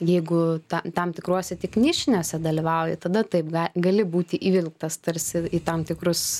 jeigu tą tam tikruose tik nišiniuose dalyvauji tada taip gali būti įvilktas tarsi į tam tikrus